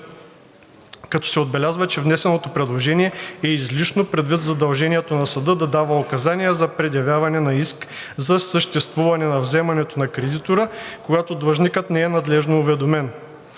като се отбелязва, че внесеното предложение е излишно предвид задължението на съда да дава указания за предявяване на иск за съществуване на вземането на кредитора, когато длъжникът не е надлежно уведомен.